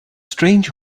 strange